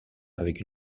avec